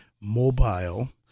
mobile